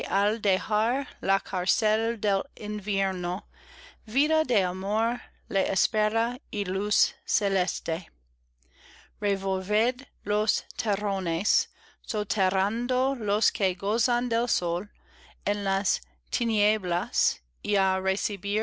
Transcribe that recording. al dejar la cárcel del invierno vida de amor le espera y luz celeste revolved los terrones soterrando los que gozan del sol en las tinieblas y á recibir